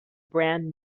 brand